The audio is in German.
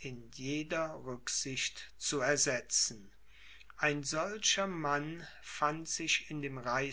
in jeder rücksicht zu ersetzen ein solcher mann fand sich in dem